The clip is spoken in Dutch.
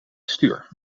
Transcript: stuur